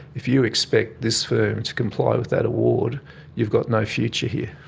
if you expect this firm to comply with that award you've got no future here.